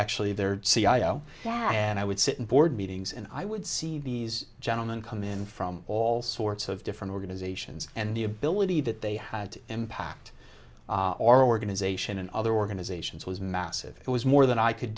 actually there to cia oh yeah and i would sit in board meetings and i would see these gentlemen come in from all sorts of different organizations and the ability that they had to impact our organization and other organizations was massive it was more than i could